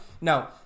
No